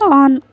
on